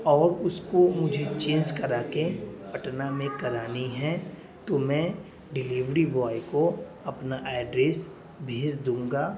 اور اس کو مجھے چینج کرا کے پٹنہ میں کرانی ہے تو میں ڈلیوری بوائے کو اپنا ایڈریس بھیج دوں گا